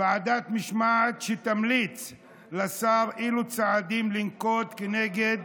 ועדת משמעת, שתמליץ לשר אילו צעדים לנקוט כנגד